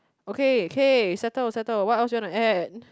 okay okay settle settle what else you want to add